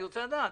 אני רוצה לדעת,